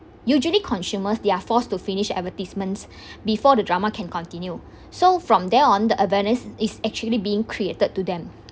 usually consumers they're forced to finish advertisements before the drama can continue so from there on the awareness is actually being created to them